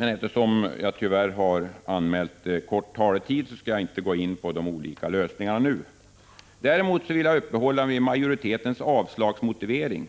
Eftersom jag tyvärr har anmält så kort taletid skall jag inte gå in på de olika lösningarna nu. Däremot vill jag uppehålla mig vid majoritetens avslagsmotivering.